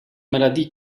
maladies